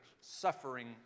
Suffering